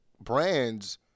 brands